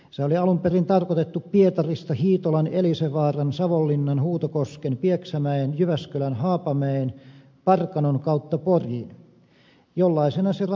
sehän oli alun perin tarkoitettu pietarista hiitolan elisenvaaran savonlinnan huutokosken pieksämäen jyväskylän haapamäen parkanon kautta poriin jollaisena se rata myös on ollut